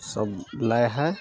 सब लै हइ